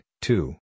two